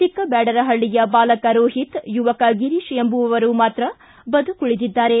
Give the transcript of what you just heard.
ಚಿಕ್ಕಬ್ಡಾಡರಹಳ್ಳಿಯ ಬಾಲಕ ರೋಹಿತ್ ಯುವಕ ಗಿರೀಶ್ ಎಂಬುವವರು ಮಾತ್ರ ಬದುಕುಳಿದಿದ್ದಾರೆ